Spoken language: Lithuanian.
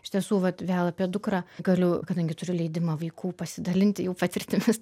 iš tiesų vat vėl apie dukrą galiu kadangi turiu leidimą vaikų pasidalinti jų patirtimis